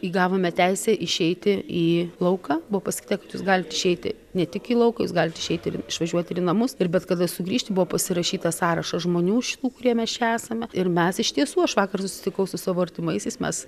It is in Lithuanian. įgavome teisę išeiti į lauką buvo pasakyta kad jūs galit išeiti ne tik į lauką jūs galit išeiti ir išvažiuoti ir į namus ir bet kada sugrįžti buvo pasirašytas sąrašas žmonių šių kurie mes čia esame ir mes iš tiesų aš vakar susitikau su savo artimaisiais mes